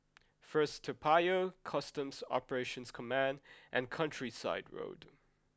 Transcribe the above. first Toa Payoh Customs Operations Command and Countryside Road